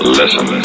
listen